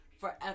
forever